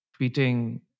tweeting